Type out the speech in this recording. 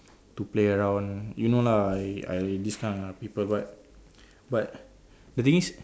to play around you know lah I I this kind of people but but the thing is